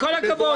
כל כך.